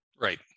Right